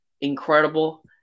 incredible